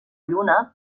lluna